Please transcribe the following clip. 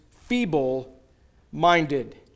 feeble-minded